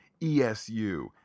ESU